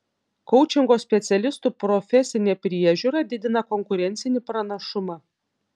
koučingo specialistų profesinė priežiūra didina konkurencinį pranašumą